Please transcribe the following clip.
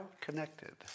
connected